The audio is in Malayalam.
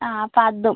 ആ അപ്പം അതും